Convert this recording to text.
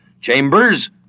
Chambers